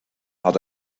had